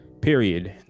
period